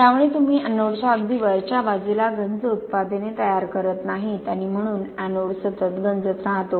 त्यामुळे तुम्ही एनोडच्या अगदी वरच्या बाजूला गंज उत्पादने तयार करत नाही आणि म्हणून एनोड सतत गंजत राहतो